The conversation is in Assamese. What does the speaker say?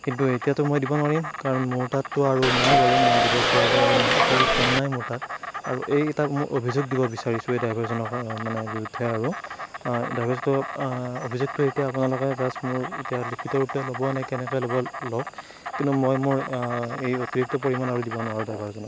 কিন্তু এতিয়াতো মই দিব নোৱাৰিম কাৰণ মোৰ তাততো আৰু নাই বাৰু মই দিব পৰাকৈ আৰু মোৰ সেই ধন নাই মোৰ তাত আৰু এই এটা মই অভিযোগ দিব বিচাৰিছোঁ এই ড্ৰাইভাৰজনৰ কা মানে বিৰুদ্ধে আৰু ড্ৰাইভাৰজনৰ অভিযোগটো এতিয়া আপোনালোকে জাষ্ট মোৰ এতিয়া লিখিত ৰূপে ল'ব নে কেনেদৰে ল'ব লওক কিন্তু মই মোৰ এই অতিৰিক্ত পৰিমাণ দিব নোৱাৰোঁ আৰু ড্ৰাইভাৰজনক